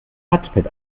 touchpad